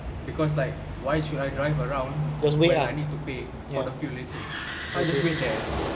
because like why should I drive around when I need to pay for the fuel later so I just wait there